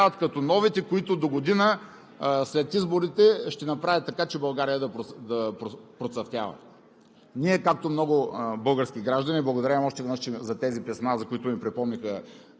Ето това е промяната, това са хората, които в момента се изявяват като новите, които догодина след изборите ще направят така, че България да процъфтява.